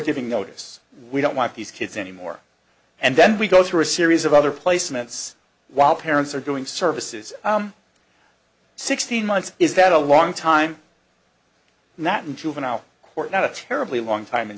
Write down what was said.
giving notice we don't want these kids any more and then we go through a series of other placements while parents are doing services sixteen months is that a long time not in juvenile court not a terribly long time in